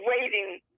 waiting